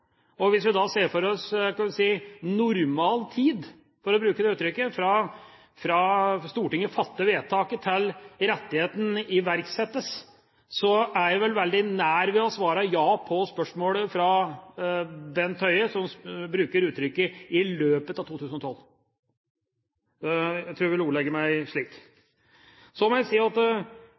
2012. Hvis vi da ser for oss normal tid, for å bruke det uttrykket, fra Stortinget fatter vedtaket til rettigheten iverksettes, så er jeg vel veldig nær ved å svare ja på spørsmålet fra Bent Høie, som bruker uttrykket «i løpet av 2012». Jeg tror jeg vil ordlegge meg slik. Så må jeg si at